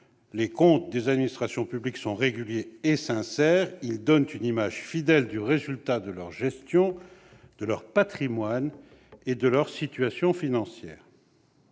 Les comptes des administrations publiques sont réguliers et sincères. Ils donnent une image fidèle du résultat de leur gestion, de leur patrimoine et de leur situation financière.